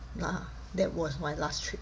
ya that was my last trip ah